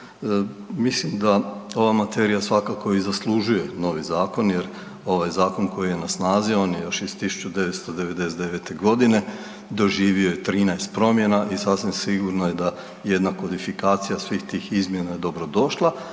Mislim da ova materija svakako i zaslužuje novi zakon jer ovaj zakon koji je na snazi on je još iz 1990. godine, doživio je 13 promjena i sasvim sigurno je da jedna kodifikacija svih tih izmjena je dobro došla,